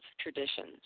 traditions